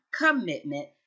commitment